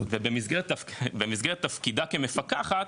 ובמסגרת תפקידה כמפקחת,